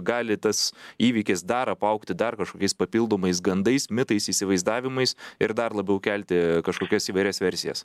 gali tas įvykis dar apaugti dar kažkokiais papildomais gandais mitais įsivaizdavimais ir dar labiau kelti kažkokias įvairias versijas